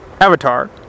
avatar